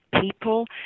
people